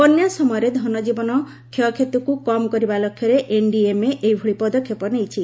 ବନ୍ୟା ସମୟରେ ଧନଜୀବନ କ୍ଷୟକ୍ଷତିକୁ କମ୍ କରିବା ଲକ୍ଷ୍ୟରେ ଏନ୍ଡିଏମ୍ଏ ଏଭଳି ପଦକ୍ଷେପ ନେଇଛି